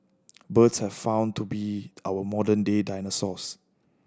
birds have found to be our modern day dinosaurs